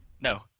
No